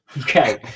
Okay